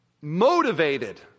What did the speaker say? motivated